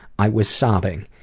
i was sobbing.